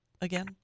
again